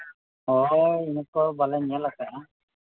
ᱦᱳᱭ ᱤᱱᱟᱹ ᱠᱚ ᱵᱟᱞᱮ ᱧᱮᱞ ᱟᱠᱟᱜᱼᱟ